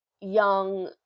young